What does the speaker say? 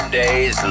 days